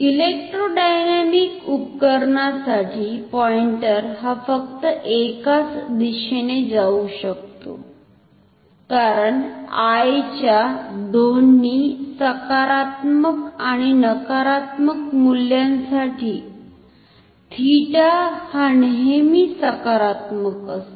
electrodynamic उपकरणासाठी pointer हा फक्त एकाच दिशेने जाऊ शकतो कारण I च्या दोन्ही सकारात्मक आणि नकारात्मक मूल्यांसाठी थीटा हा नेहमीच सकारात्मक असतो